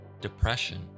depression